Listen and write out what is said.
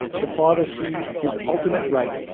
the father seized his ultimate right,